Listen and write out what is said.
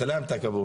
סלאמתק.